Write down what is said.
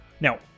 Now